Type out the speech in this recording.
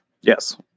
Yes